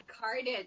carded